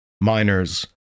miners